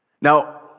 Now